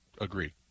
agree